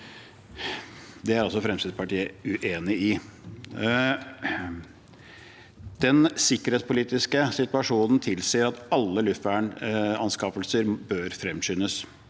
Det er Fremskrittspartiet uenig i. Den sikkerhetspolitiske situasjonen tilsier at alle luftvernanskaffelser bør fremskyndes.